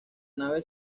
nave